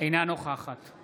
נוכחת